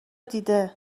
دیده